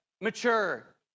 mature